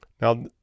now